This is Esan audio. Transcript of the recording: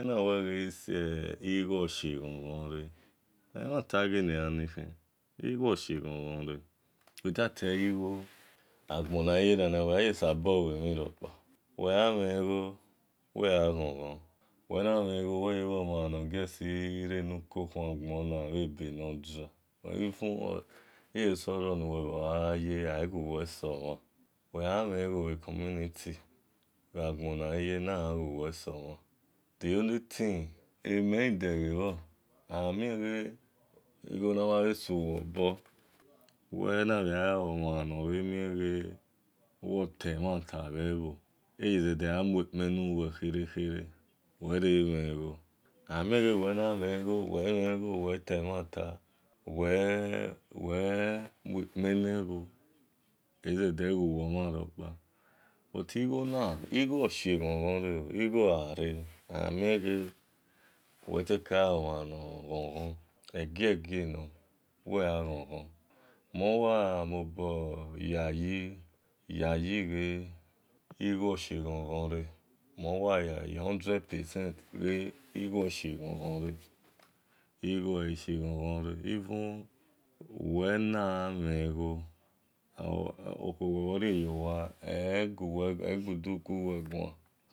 Uwe na whe ghe se i gho ose oghon ogonire emhata ghe le gha ni khin igho osho oghon ghonre without iye-igho bhe agbon na ye na ma uwi gha ghon-gho, uwi na whe igho bhan ghan na ye na nia uwi dia bhe ebe nor dry even ihie so ro nawe bhe aaye nighu-uweso mhan ihie sora bhi community bha gbon na ye na agha ghuwe somhan de only tin aghamien ghe igho whe an uwe obor amienghe uwe ote mhanta bhe-bho ezede amukpen nuwe whe-re khere amien uwe mhen igho uwe temhanta uwe muekpe ne bho buti igho ogho ghon-ghonre ro amien, uwe ghe uweteka ghon-ghon mowa yayi ghe igho oshio-ghon-ghon me 100% ghe igho osho oghon-ghonre even uwe na gha mhen igho okhuo nume rie yowa egbudu guwe-guan.